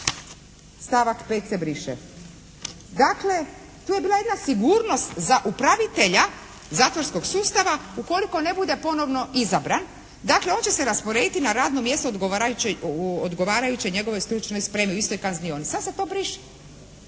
stavak 5. se briše. Dakle, tu je bila jedna sigurnost za upravitelja zatvorskog sustava ukoliko ne bude ponovno izabran. Dakle, on će se rasporediti na radno mjesto odgovarajućoj njegovoj stručnoj spremi u istoj kaznioni. Sad se to briše.